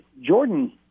Jordan